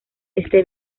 este